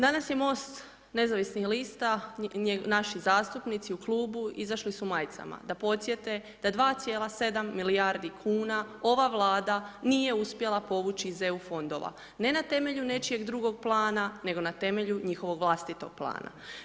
Danas je MOST nezavisnih lista, naši zastupnici u Klubu, izašli su u majicama, da podsjete da 2,7 milijardi kuna ova Vlada nije uspjela povući iz EU fondova, ne na temelju nečijeg drugog plana, nego na temelju njihovog vlastitog plana.